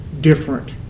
different